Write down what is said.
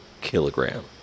kilogram